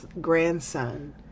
grandson